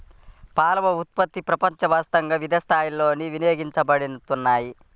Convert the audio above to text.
పాల ఉత్పత్తులు ప్రపంచవ్యాప్తంగా వివిధ స్థాయిలలో వినియోగించబడుతున్నాయి